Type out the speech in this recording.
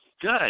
Good